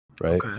right